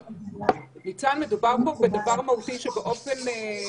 ניצן, מדובר פה בדבר מהותי שהיה